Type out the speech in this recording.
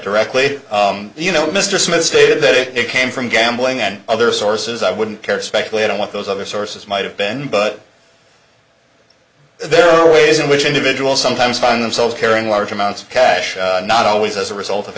directly you know mr smith stated that it came from gambling and other sources i wouldn't care to speculate on what those other sources might have been but there are ways in which individuals sometimes find themselves carrying large amounts of cash not always as a result of